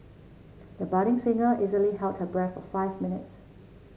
the budding singer easily held her breath for five minutes